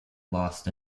lost